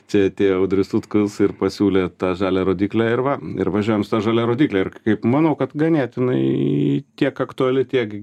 čia atėjo audrius sutkus ir pasiūlė tą žalią rodyklę ir va ir važiuojam su ta žalia rodykle ir k kaip manau kad ganėtinai tiek aktuali tiek